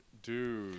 Dude